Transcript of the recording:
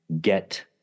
get